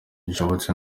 gishoboka